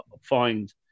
find